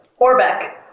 Orbeck